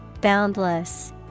Boundless